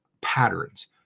patterns